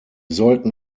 sollten